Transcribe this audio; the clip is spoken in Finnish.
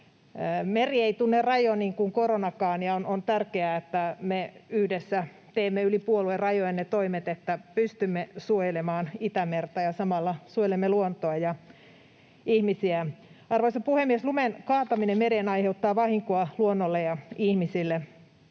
Meri ei tunne rajoja, niin kuin ei koronakaan, ja on tärkeää, että me yhdessä teemme yli puoluerajojen ne toimet, että pystymme suojelemaan Itämerta, ja samalla suojelemme luontoa ja ihmisiä. Arvoisa puhemies! Lumen kaataminen mereen aiheuttaa vahinkoa luonnolle ja ihmisille.